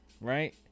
Right